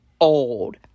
old